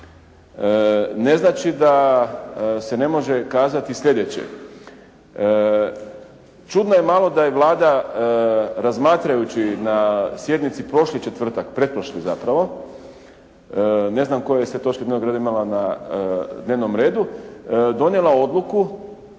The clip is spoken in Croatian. ne znači da se ne može kazati sljedeće. Čudno je malo da je Vlada razmatrajući na sjednici prošli četvrtak, pretprošli zapravo, ne znam koju ste točku dnevnog reda imali na dnevnom redu, donijela odluku,